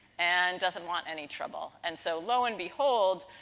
and doesn't want any trouble. and, so low and behold,